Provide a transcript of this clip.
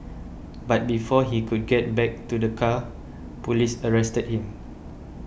but before he could get back to the car police arrested him